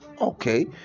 okay